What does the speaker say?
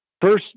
First